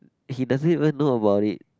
he doesn't even know about it